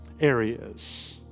areas